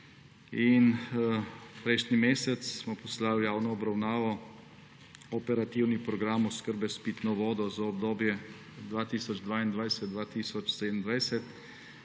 Prejšnji mesec smo poslali v javno obravnavo operativni program oskrbe s pitno vodo za obdobje 2022–2027.